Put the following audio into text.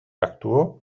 actuó